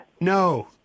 No